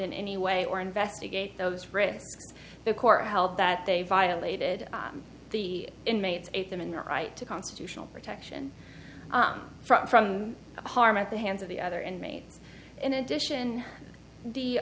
in any way or investigate those written the court held that they violated the inmates ate them in their right to constitutional protection from from harm at the hands of the other inmates in addition the